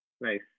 Nice